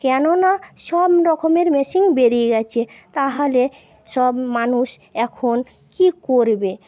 কেননা সব রকমের মেশিন বেরিয়ে গেছে তাহলে সব মানুষ এখন কি করবে